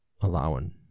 allowing